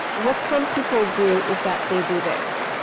what some people do is that they do this,